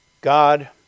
God